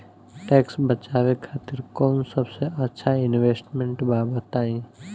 Tax बचावे खातिर कऊन सबसे अच्छा इन्वेस्टमेंट बा बताई?